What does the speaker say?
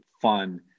fun